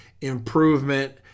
improvement